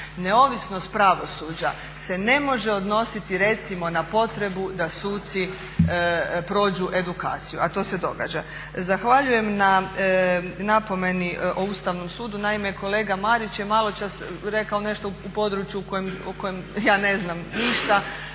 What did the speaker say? Neovisnost pravosuđa se ne može odnositi recimo na potrebu da suci prođu edukaciju, a to se događa. Zahvaljujem na napomeni o Ustavnom sudu. Naime, kolega Marić je malo čas rekao nešto o području o kojem ja ne znam ništa.